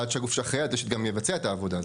ועד הגוף שאחראי על זה גם יבצע את העבודה.